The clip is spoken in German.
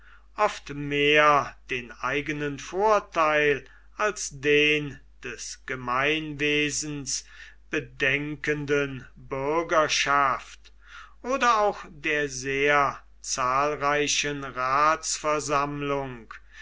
oft mehr den eigenen vorteil als den des gemeinwesens bedenkenden bürgerschaft oder auch der sehr zahlreichen